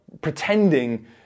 pretending